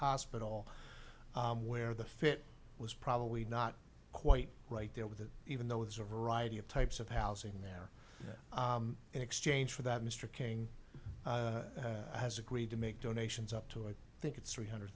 hospital where the fit was probably not quite right there with it even though there's a variety of types of housing there in exchange for that mr king has agreed to make donations up to i think it's three hundred